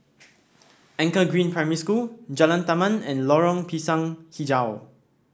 Anchor Green Primary School Jalan Taman and Lorong Pisang hijau